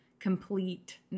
Complete